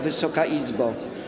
Wysoka Izbo!